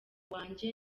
wanjye